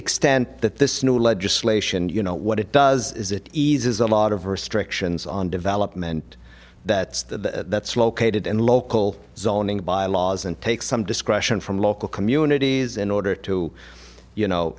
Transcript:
extent that this new legislation you know what it does is it eases a lot of restrictions on development that's that that's located in local zoning bylaws and takes some discretion from local communities in order to you know